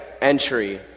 entry